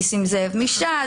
חבר הכנסת ניסים זאב מש"ס,